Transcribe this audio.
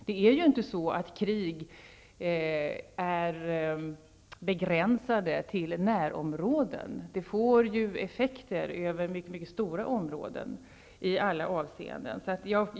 Det är ju inte så att krig är begränsade till närområden; de får ju effekter över mycket stora områden i alla avseenden.